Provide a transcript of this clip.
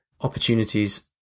opportunities